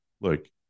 look